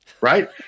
Right